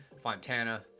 Fontana